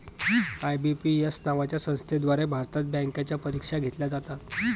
IBPS नावाच्या संस्थेद्वारे भारतात बँकांच्या परीक्षा घेतल्या जातात